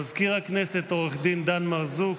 מזכיר הכנסת עו"ד דן מרזוק,